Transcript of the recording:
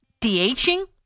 DHing